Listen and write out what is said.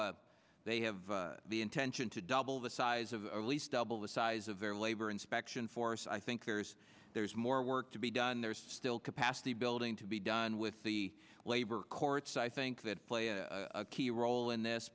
now they have the intention to double the size of the least double the size of their labor inspection force i think there's there's more work to be done there's still capacity building to be done with the labor courts i think that play a key role in this